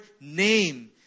name